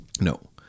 No